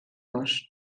dos